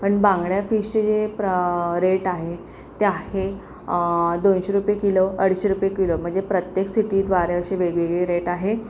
पण बांगडा फिशचे जे प्र रेट आहेत ते आहे दोनशे रुपये किलो अडीचशे रुपये किलो म्हणजे प्रत्येक सिटीद्वारे असे वेगवेगळे रेट आहे